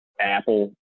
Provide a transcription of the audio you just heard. Apple